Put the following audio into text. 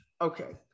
Okay